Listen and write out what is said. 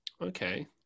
Okay